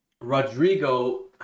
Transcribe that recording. rodrigo